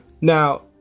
Now